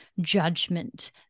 judgment